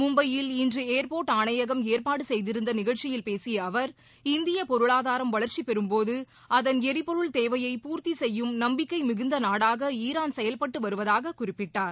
மும்பையில் இன்று ஏர்போர்ட் ஆணையகம் ஏற்பாடு செய்திருந்த நிகழ்ச்சியில் பேசிய அவர் இந்திய பொருளாதாரம் வளா்ச்சி பெறும் போது அதன் எரிபொருள் தேவைடிய பூர்த்தி செய்யும் நம்பிக்கை மிகுந்த நாடாக ஈரான் செயல்பட்டு வருவதாக் குறிப்பிட்டார்